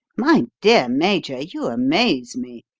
my dear major, you amaze me!